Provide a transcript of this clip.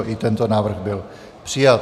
I tento návrh byl přijat.